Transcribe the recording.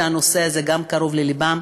שהנושא הזה קרוב גם ללבם,